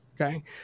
okay